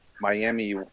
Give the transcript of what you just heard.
Miami